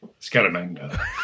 Scaramanga